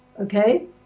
okay